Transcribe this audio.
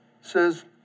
says